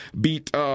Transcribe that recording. beat